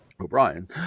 O'Brien